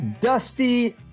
Dusty